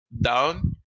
down